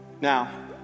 Now